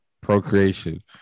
procreation